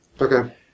Okay